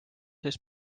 sees